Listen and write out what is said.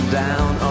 down